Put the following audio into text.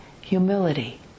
humility